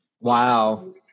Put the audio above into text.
Wow